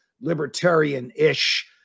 libertarian-ish